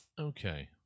Okay